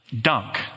dunk